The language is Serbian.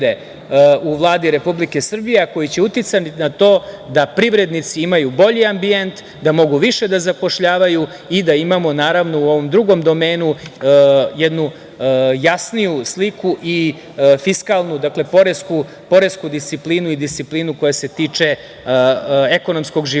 u Vladi Republike Srbije, a koji će uticati na to da privrednici imaju bolji ambijent, da mogu više da zapošljavaju i da imamo, naravno, u ovom drugom domenu jednu jasniju sliku i fiskalnu, dakle, poresku disciplinu i disciplinu koja se tiče ekonomskog života